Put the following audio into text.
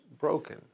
broken